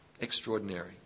Extraordinary